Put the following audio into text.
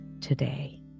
today